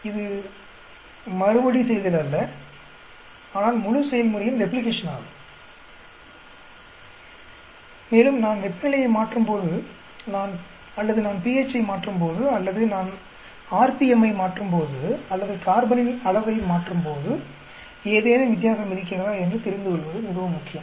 இது மறுபடிசெய்தல் அல்ல ஆனால் முழு செயல்முறையின் ரெப்ளிகேஷன் ஆகும் மேலும் நான் வெப்பநிலையை மாற்றும்போது அல்லது நான் pH ஐ மாற்றும்போது அல்லது நான் rpm ஐ மாற்றும்போது அல்லது கார்பனின் அளவை மாற்றும்போது ஏதேனும் வித்தியாசம் இருக்கிறதா என்று தெரிந்து கொள்வது மிகவும் முக்கியம்